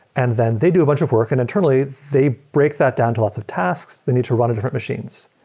and then they do a bunch of work. and internally, they break that down to lots of tasks. they need to run in different machines.